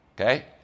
okay